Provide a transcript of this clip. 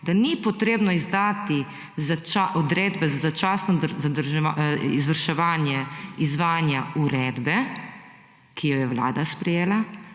da ni potrebno izdati odredbe za začasno izvrševanje, izvajanja uredbe, ki jo je Vlada sprejela,